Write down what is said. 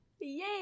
Yay